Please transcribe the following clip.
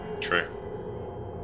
True